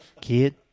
kid